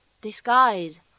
disguise